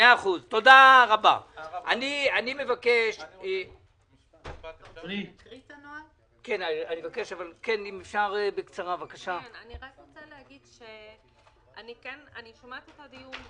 אני רק רוצה להגיד שאני שומעת את הדיון,